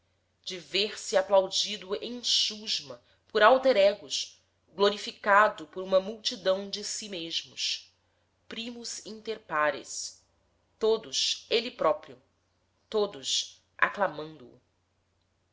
ver-se aplaudido em chusma por alter egos glorificado por uma multidão de si mesmos primus inter pares todos ele próprio todos aclamando o